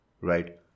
right